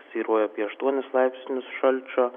svyruoja apie aštuonis laipsnius šalčio